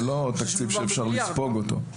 זה לא תקציב שאפשר לספוג אותו.